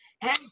hey